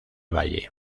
valle